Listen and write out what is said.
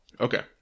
Okay